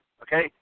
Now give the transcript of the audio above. Okay